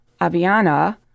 Aviana